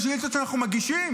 שאילתות, המשרד